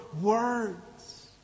words